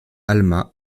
alma